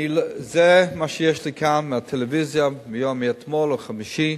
זה מה שיש לי כאן מהטלוויזיה מאתמול או מיום חמישי.